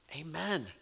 Amen